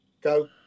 Go